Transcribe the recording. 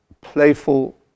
playful